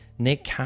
Nick